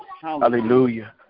Hallelujah